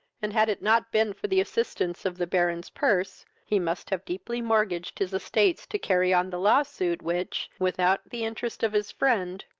and had it not been for the assistance of the baron's purse, he must have deeply mortgaged his estates to carry on the law-suit, which, without the interest of his friend,